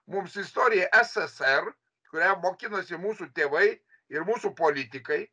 mums istorija ssr kurią mokinosi mūsų tėvai ir mūsų politikai